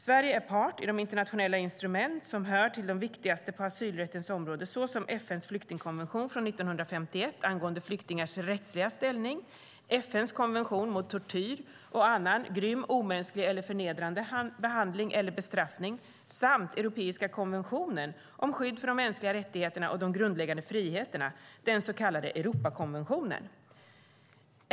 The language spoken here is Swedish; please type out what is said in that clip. Sverige är part i de internationella instrument som hör till de viktigaste på asylrättens område, såsom FN:s flyktingkonvention från 1951 angående flyktingars rättsliga ställning, FN:s konvention mot tortyr och annan grym, omänsklig eller förnedrande behandling eller bestraffning och Europeiska konventionen om skydd för de mänskliga rättigheterna och de grundläggande friheterna, den så kallade Europakonventionen.